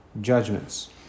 judgments